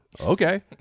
Okay